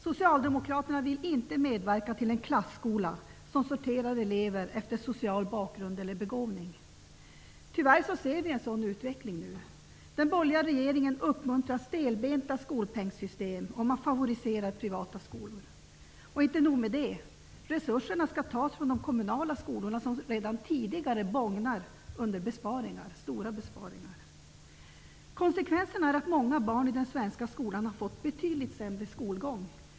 Socialdemokraterna vill inte medverka till en klasskola som sorterar elever efter social bakgrund eller begåvning. Tyvärr ser vi en sådan utveckling nu. Den borgerliga regeringen uppmuntrar stelbenta skolpengssystem, och man favoriserar privata skolor. Och inte nog med det: Resurserna skall tas från de kommunala skolorna, som redan bågnar under stora besparingar. Konsekvensen är att många barn i den svenska skolan har fått betydligt sämre skolgång.